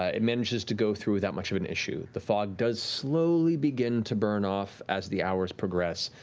ah it manages to go through without much of an issue. the fog does slowly begin to burn off as the hours progress,